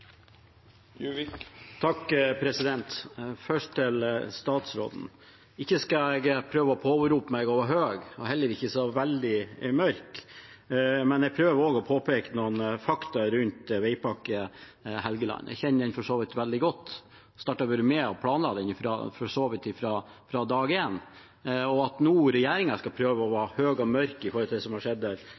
Først til statsråden: Ikke skal jeg prøve å påberope meg å være høy og heller ikke så veldig mørk, men jeg prøver å påpeke noen fakta rundt veipakke Helgeland. Jeg kjenner den for så vidt veldig godt. Jeg var med på å planlegge den fra dag én. At regjeringen nå skal prøve å være høy og mørk når det gjelder hva som har skjedd der